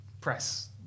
press